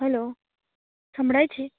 hello સંભળાય છે